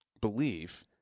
belief